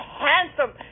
handsome